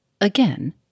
Again